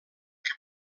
que